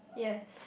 yes